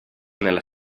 nella